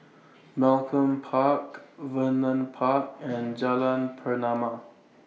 Malcolm Park Vernon Park and Jalan Pernama